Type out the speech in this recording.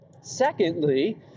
Secondly